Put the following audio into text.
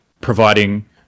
providing